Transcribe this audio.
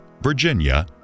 Virginia